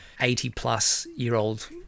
80-plus-year-old